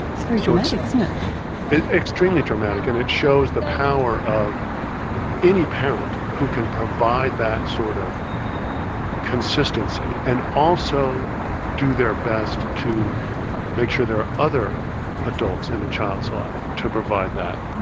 it's very dramatic isn't it? extremely dramatic and it shows the power of any parent who can provide that sort of consistency and also do their best to make sure there are other adults in a child's life to provide that,